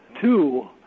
two